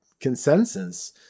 consensus